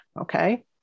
Okay